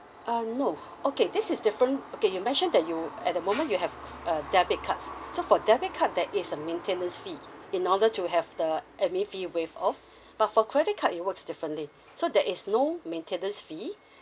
uh no okay this is different okay you mentioned that you at the moment you have cr~ uh debit cards so for debit card there is a maintenance fee in order to have the admin fee waived off but for credit card it works differently so there is no maintenance fee